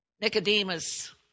Nicodemus